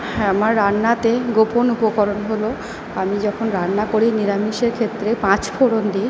হ্যাঁ আমার রান্নাতে গোপন উপকরণ হল আমি যখন রান্না করি নিরামিষের ক্ষেত্রে পাঁচফোড়ন দিই